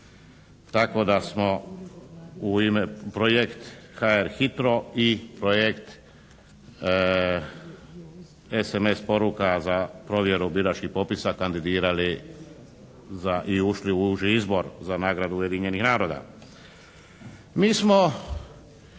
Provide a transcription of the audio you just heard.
tako da smo u ime projekt HR-HITRO i projekt SMS poruka za provjeru biračkih popisa kandidirali i ušli u uži izbor za nagradu Ujedinjenih naroda. Mi smo